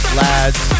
lads